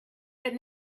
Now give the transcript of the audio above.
but